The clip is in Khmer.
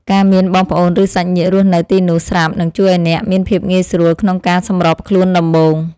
ការមានបងប្អូនឬសាច់ញាតិរស់នៅទីនោះស្រាប់នឹងជួយឱ្យអ្នកមានភាពងាយស្រួលក្នុងការសម្របខ្លួនដំបូង។